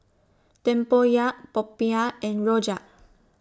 Tempoyak Popiah and Rojak